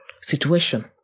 situation